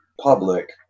public